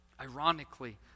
Ironically